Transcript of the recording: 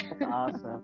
Awesome